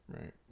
Right